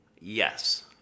yes